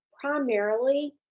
primarily